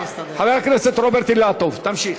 חבר הכנסת רוברט אילטוב, תמשיך.